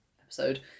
episode